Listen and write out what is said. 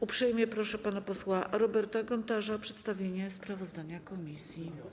Uprzejmie proszę pana posła Roberta Gontarza o przedstawienie sprawozdania komisji.